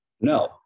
no